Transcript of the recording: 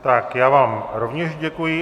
Tak já vám rovněž děkuji.